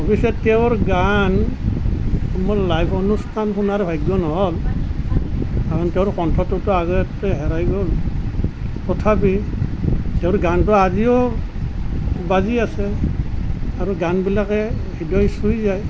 অৱশ্য তেওঁৰ গান মোৰ লাইভ অনুষ্ঠান শুনাৰ ভাগ্য ন'হল কাৰণ তেওঁৰ কণ্ঠটোতো আগতেই হেৰাই গ'ল তথাপি তেওঁৰ গানটো আজিও বাজি আছে আৰু গানবিলাকে হৃদয় চুই যায়